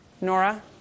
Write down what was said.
Nora